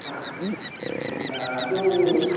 ಹಾಂ ಈಗ ಅದು